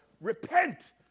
repent